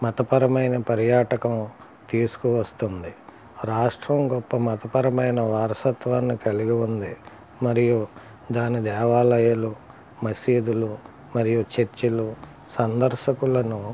మతపరమైన పర్యాటకము తీసుకువస్తుంది రాష్ట్రం గొప్ప మతపరమైన వారసత్వాన్ని కలిగి ఉంది మరియు దాని దేవాలయాలు మసీదులు మరియు చర్చిలు సందర్శకులను